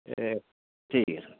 एह् ठीक ऐ